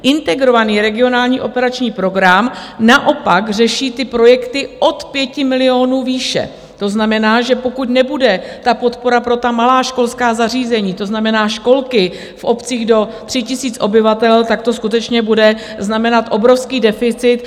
Integrovaný regionální operační program naopak řeší ty projekty od 5 milionů výše, to znamená, že pokud nebude podpora pro ta malá školská zařízení, to znamená školky v obcích do 3 000 obyvatel, tak to skutečně bude znamenat obrovský deficit.